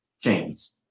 chains